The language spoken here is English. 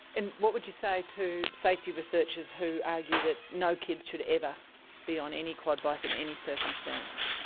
and what would you say to safety researchers who argue that no kids should ever be on any quad bike in any circumstance?